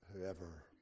whoever